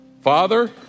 Father